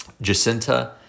Jacinta